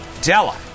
Della